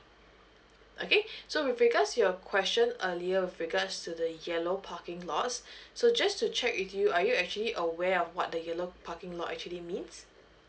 okay so with regards to your question earlier with regards to the yellow parking lots so just to check with you are you actually aware of what the yellow parking lot actually means